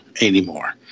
Anymore